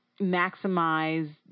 maximize